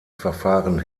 verfahren